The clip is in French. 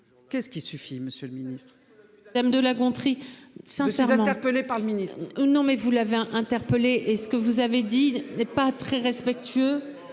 Qu'est-ce qui suffit Monsieur le Ministre. Madame de La Gontrie sincère. Interpellé par le ministre. Non mais vous l'avez hein interpellé est ce que vous avez dit, n'est pas très respectueux